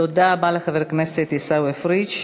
תודה רבה לחבר הכנסת עיסאווי פריג'.